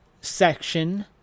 section